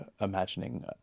imagining